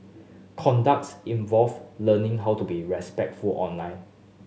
conducts involve learning how to be respectful online